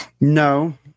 No